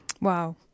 Wow